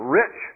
rich